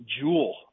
jewel